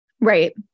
right